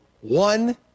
one